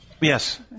Yes